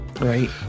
Right